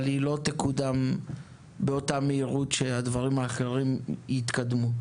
אבל היא לא תקודם באותה מהירות שהדברים האחרים יתקדמו.